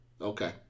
Okay